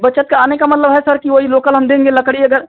बचत का आने का मतलब है सर कि वही लोकल हम देंगे लकड़ी अगर